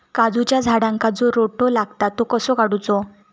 काजूच्या झाडांका जो रोटो लागता तो कसो काडुचो?